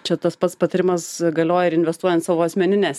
čia tas pats patarimas galioja ir investuojant savo asmenines